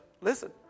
listen